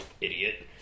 idiot